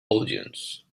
audience